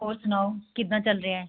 ਹੋਰ ਸੁਣਾਓ ਕਿੱਦਾਂ ਚੱਲ ਰਿਹਾ